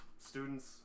students